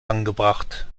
angebracht